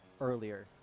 earlier